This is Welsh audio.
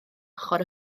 ochr